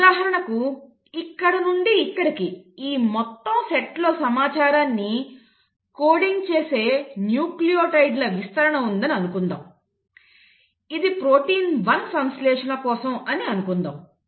ఉదాహరణకు ఇక్కడ నుండి ఇక్కడికి ఈ మొత్తం సెట్లో సమాచారాన్ని కోడింగ్ చేసే న్యూక్లియోటైడ్ల విస్తరణ ఉందని అనుకుందాం ఇది ప్రోటీన్ 1 సంశ్లేషణ కోసం అని అనుకుందాం